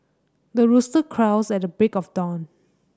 the rooster crows at the break of dawn